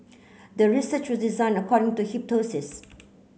the research was designed according to hypothesis